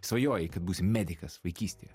svajojai kad būsi medikas vaikystėje